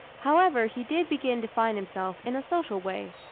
however he did begin to find himself in a social way.